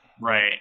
Right